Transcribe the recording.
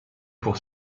pour